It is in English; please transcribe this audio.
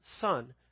son